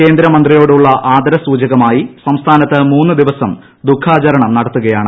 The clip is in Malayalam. കേന്ദ്രമന്ത്രിയോടുള്ള ആദരസൂചകമായി സംസ്ഥാനത്ത് മൂന്നു ദിവസം ദുഖാചരണം നടത്തുകയാണ്